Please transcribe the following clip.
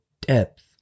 depth